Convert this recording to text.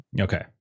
Okay